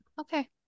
Okay